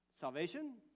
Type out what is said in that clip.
salvation